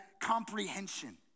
comprehension